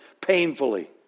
Painfully